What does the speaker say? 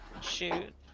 Shoot